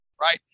Right